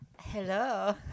hello